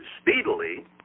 speedily